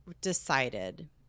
decided